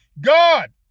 God